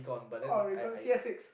oh recall C_S six